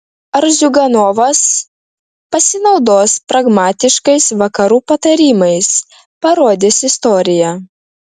ar ziuganovas pasinaudos pragmatiškais vakarų patarimais parodys istorija